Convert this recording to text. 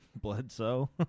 Bledsoe